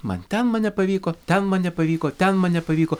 man ten man nepavyko ten man nepavyko ten man nepavyko